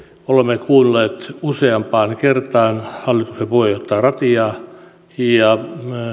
olemme kuulleet useampaan kertaan hallituksen puheenjohtaja ratiaa